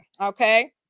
okay